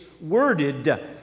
worded